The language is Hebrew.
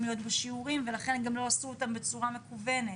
להיות בשיעורים ולכן גם לא עשו אותם בצורה מקוונת,